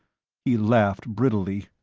he laughed brittlely.